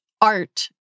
art